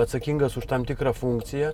atsakingas už tam tikrą funkciją